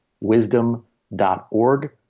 wisdom.org